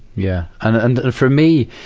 yeah. and, and for me,